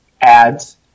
ads